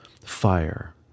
fire